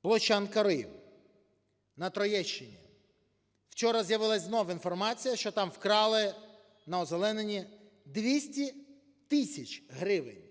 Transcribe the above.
Площа Анкари на Троєщині. Вчора з'явилася знов інформація, що там вкрали на озелененні 200 тисяч гривень.